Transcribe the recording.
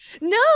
No